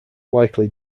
likely